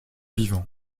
vivant